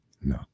no